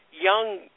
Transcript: young